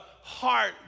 heart